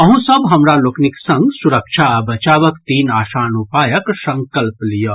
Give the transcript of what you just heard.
अहूँ सब हमरा लोकनिक संग सुरक्षा आ बचावक तीन आसान उपायक संकल्प लियऽ